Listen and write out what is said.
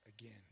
again